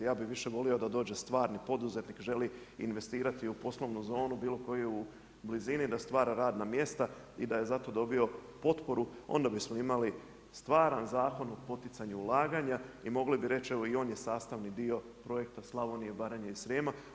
Ja bih više volio da dođe stvarni poduzetnik želi investirati u poslovnu zonu bilo koju u blizini, da stvara radna mjesta i da je za to dobio potporu, onda bismo imali stvaran Zakon o poticanju ulaganja i mogli bi reći, evo i on je sastavni dio projekta Slavonije, Baranje i Srijema.